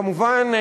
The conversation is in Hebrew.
כמובן,